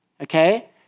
okay